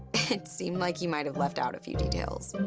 it seemed like he might have left out a few details.